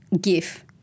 give